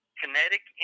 kinetic